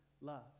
love